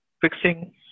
fixing